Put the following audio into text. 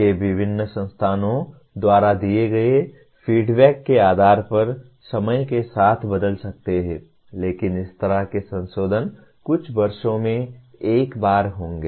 वे विभिन्न संस्थानों द्वारा दिए गए फीडबैक के आधार पर समय के साथ बदल सकते हैं लेकिन इस तरह के संशोधन कुछ वर्षों में एक बार होंगे